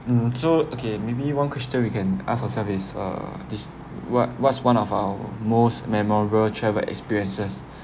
hmm so okay maybe one question we can ask ourselves is um this what what's one of our most memorable travel experiences